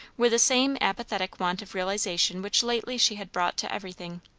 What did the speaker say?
with the same apathetic want of realization which lately she had brought to everything.